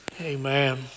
Amen